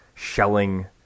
shelling